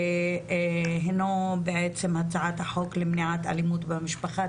שהינו בעצם הצעת החוק למניעת אלימות במשפחה,